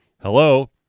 hello